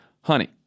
honey